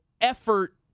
effort